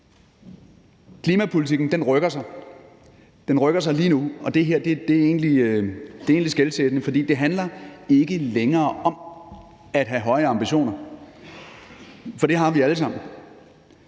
Klimapolitikken rykker sig lige nu, og det her er egentlig skelsættende, fordi det ikke længere handler om at have høje ambitioner, for det har vi alle sammen;